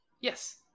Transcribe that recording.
Yes